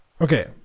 Okay